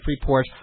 Freeport